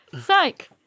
psych